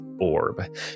orb